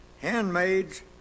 handmaids